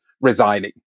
resigning